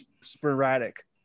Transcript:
sporadic